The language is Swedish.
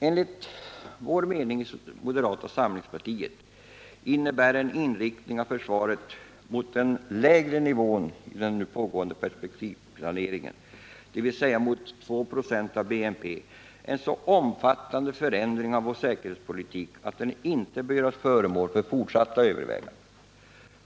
Enligt moderata samlingspartiets mening innebär en inriktning av försvaret mot den lägre nivån i den nu pågående perspektivplaneringen, dvs. mot 2 96 av BNP, en så omfattande förändring av vår säkerhetspolitik att den inte bör göras till föremål för fortsatta överväganden.